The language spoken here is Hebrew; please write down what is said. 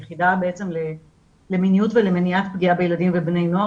היחידה למיניות ולמניעת פגיעה בילדים ובני נוער,